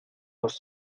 los